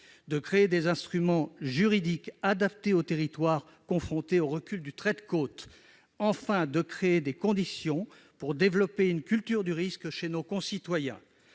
de créer des instruments juridiques adaptés aux territoires confrontés au recul du trait de côte ; enfin, de créer les conditions pour développer une culture du risque chez nos concitoyens.